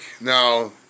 Now